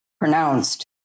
pronounced